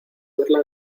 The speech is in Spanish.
verla